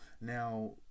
Now